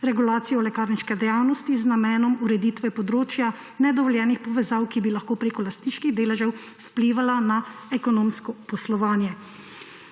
regulacija lekarniške dejavnosti z namenom ureditve področja nedovoljenih povezav, ki bi lahko preko lastniških deležev vplivala na ekonomsko poslovanje.